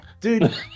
dude